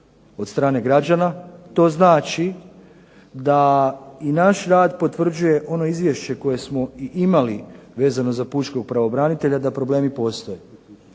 od strane građana. To znači da i naš rad potvrđuje ono izvješće koje smo i imali vezano za pučkog pravobranitelja da problemi postoje.